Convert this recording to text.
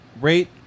rate